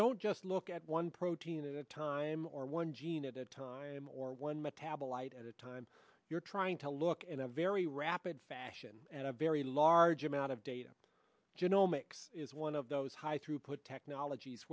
don't just look at one protein at a time or one gene at a time or one metabolite at a time you're trying to look at a very rapid fashion at a very large amount of data genomic is one of those high throughput technologies